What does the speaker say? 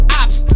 ops